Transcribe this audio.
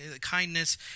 kindness